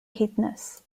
caithness